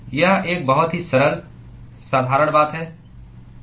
यह एक बहुत ही सरल संदर्भ समय 1456 साधारण बात है